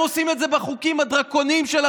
באמת, תודה רבה לך.